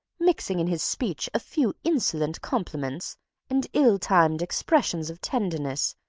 mixing in his speech a few insolent compliments and ill-timed expressions of tenderness,